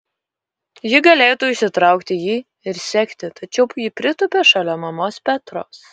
ji galėtų išsitraukti jį ir sekti tačiau ji pritūpia šalia mamos petros